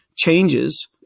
changes